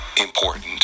important